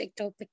ectopic